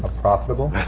profitable